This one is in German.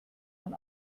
man